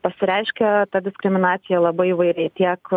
pasireiškia ta diskriminacija labai įvairiai tiek